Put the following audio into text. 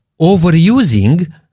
overusing